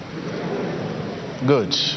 Good